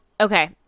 Okay